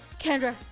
Kendra